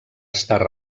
estar